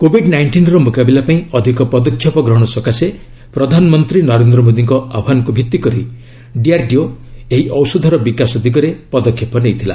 Covid ନାଇଷ୍ଟିନ୍ର ମୁକାବିଲା ପାଇଁ ଅଧିକ ପଦକ୍ଷେପ ଗ୍ରହଣ ସକାଶେ ପ୍ରଧାନମନ୍ତ୍ରୀ ନରେନ୍ଦ୍ର ମୋଦୀଙ୍କ ଆହ୍ପାନକୁ ଭିତ୍ତି କରି ଡିଆର୍ଡିଓ ଏହି ଔଷଧର ବିକାଶ ଦିଗରେ ପଦକ୍ଷେପ ନେଇଥିଲା